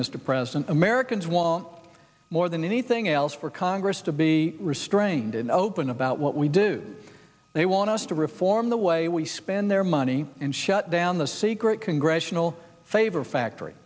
mr president americans want more than anything else for congress to be restrained and open about what we do they want us to reform the way we spend their money and shut down the secret congressional favor factory